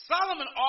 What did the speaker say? Solomon